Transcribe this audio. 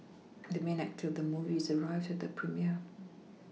the main actor of the movie has arrived at the premiere